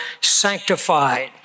sanctified